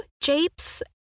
Japes